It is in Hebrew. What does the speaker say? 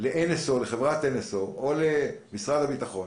לחברת NSO או למשרד הביטחון